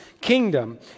kingdom